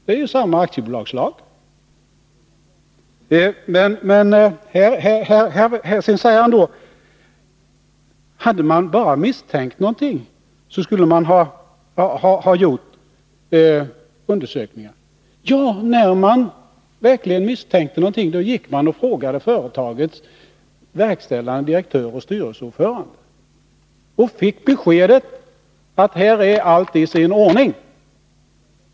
Det är samma aktiebolagslag som gäller. Sedan säger Per Unckel: Hade man bara misstänkt någonting, skulle man Nr 145 ha gjort undersökningar. Ja, när man verkligen misstänkte något, frågade Onsdagen den man företagets verkställande direktör och styrelseordförande och fick 12 maj 1982 beskedet att allt var i sin ordning.